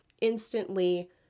instantly